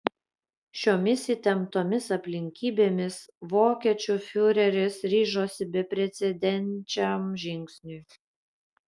šiomis įtemptomis aplinkybėmis vokiečių fiureris ryžosi beprecedenčiam žingsniui